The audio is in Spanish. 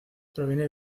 proviene